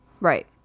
right